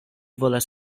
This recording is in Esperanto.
volas